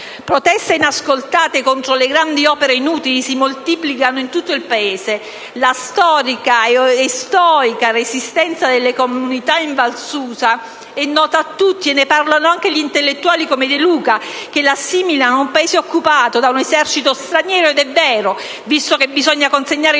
Proteste inascoltate contro le grandi opere inutili si moltiplicano in tutto il Paese. La storica e stoica resistenza delle comunità in Val Susa è nota a tutti e ne parlano anche gli intellettuali come De Luca, che la assimila ad un paese occupato da un esercito straniero. Ed è vero, visto che bisogna consegnare i